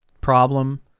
problem